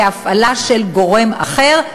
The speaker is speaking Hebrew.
להפעלה של גורם אחר,